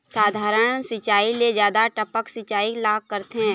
साधारण सिचायी ले जादा टपक सिचायी ला करथे